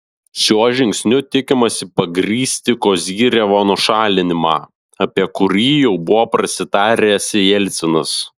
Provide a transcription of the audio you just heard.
šiuo žingsniu tikimasi pagrįsti kozyrevo nušalinimą apie kurį jau buvo prasitaręs jelcinas